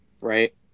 right